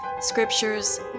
scriptures